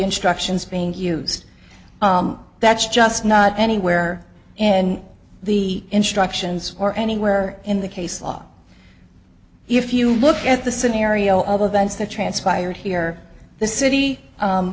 instructions being used that's just not anywhere in the instructions or anywhere in the case law if you look at the scenario of events that transpired here the city